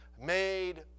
made